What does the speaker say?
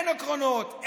אין עקרונות,